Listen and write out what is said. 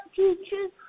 teachers